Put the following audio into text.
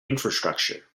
infrastructure